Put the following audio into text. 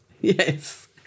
yes